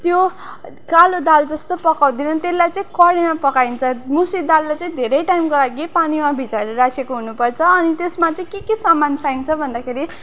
त्यो कालो दाल जस्तो पकाउँदिनँ त्यसलाई चाहिँ कराईमा पकाइन्छ मुसुरी दाललाई चाहिँ धेरै टाइमको लागि पानीमा भिजाएर राखेको हुनुपर्छ अनि त्यसमा चाहिँ के के सामान चाहिन्छ भन्दाखेरि